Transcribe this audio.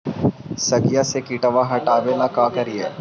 सगिया से किटवा हाटाबेला का कारिये?